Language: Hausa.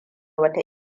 wata